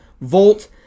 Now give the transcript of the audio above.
Volt